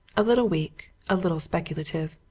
a little weak, a little speculative.